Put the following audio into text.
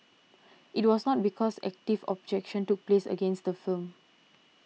it was not because active objection took place against the film